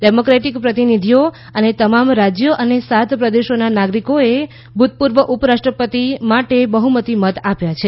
democratic પ્રતિનિધિઓ અને તમામ રાજ્યો અને સાત પ્રદેશોના નાગરિકોએ ભૂતપૂર્વ ઉપરાષ્ટ્રપતિ માટે બહ્મતી મત આપ્યા છે